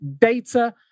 data